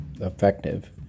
effective